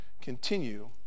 continue